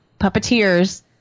puppeteers